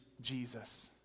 jesus